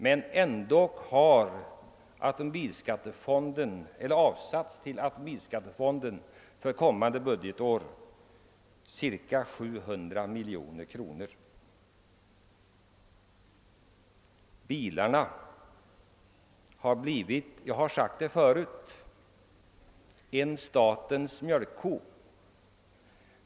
Men likväl avsätts för kommande budgetår cirka 700 miljoner kronor av automobilskattemedel till budgetregleringsfonden. Bilarna har — jag har sagt det förut — blivit en statens mjölkko.